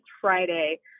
Friday